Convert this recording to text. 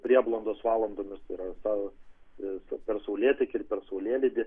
prieblandos valandomis tai yra ta per saulėtekį ir per saulėlydį